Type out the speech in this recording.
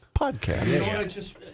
podcast